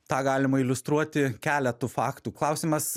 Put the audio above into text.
tą galima iliustruoti keletu faktų klausimas